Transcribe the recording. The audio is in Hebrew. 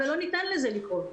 ולא ניתן לזה לקרות.